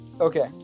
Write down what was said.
okay